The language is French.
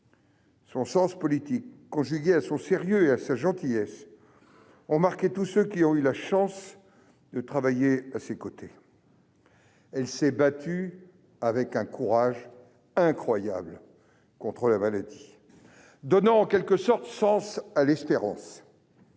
Son sens politique, conjugué à son sérieux et à sa gentillesse, a marqué tous ceux qui ont eu la chance de travailler à ses côtés. Elle s'est battue avec un courage incroyable contre la maladie, donnant en quelque sorte sens à l'espérance.